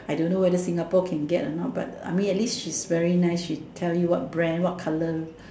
I don't know whether Singapore can get a not but I mean at least she's very nice she tell you what brand what colour